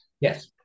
Yes